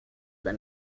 let